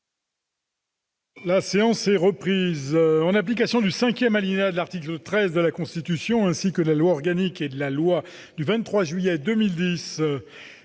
La séance est reprise. En application du cinquième alinéa de l'article 13 de la Constitution, ainsi que de la loi organique n° 2010-837 et de la loi n° 2010-338 du 23 juillet 2010